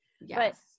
Yes